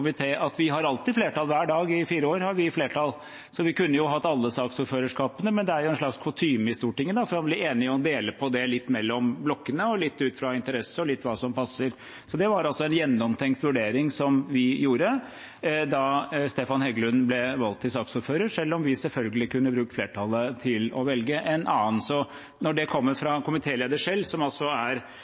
at vi alltid har flertall, hver dag i fire år har vi hatt flertall, så vi kunne hatt alle saksordførerskapene. Men det er en slags kutyme i Stortinget om å bli enig om å dele på det, litt mellom blokkene, litt ut fra interessene og litt hva som passer. Så det var altså en gjennomtenkt vurdering vi gjorde da Stefan Heggelund ble valgt til saksordfører, selv om vi selvfølgelig kunne bruke flertallet til å velge en annen. Når det kommer fra komitélederen selv, som presumptivt er